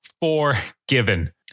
forgiven